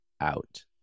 out